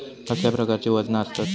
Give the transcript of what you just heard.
कसल्या प्रकारची वजना आसतत?